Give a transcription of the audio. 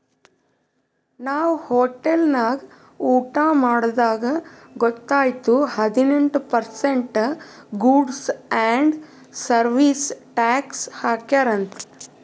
ನಾವ್ ಹೋಟೆಲ್ ನಾಗ್ ಊಟಾ ಮಾಡ್ದಾಗ್ ಗೊತೈಯ್ತು ಹದಿನೆಂಟ್ percent goods and service tax ಹಾಕ್ಯಾರ್ ಅಂತ್